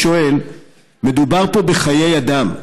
מדובר פה בחיי אדם,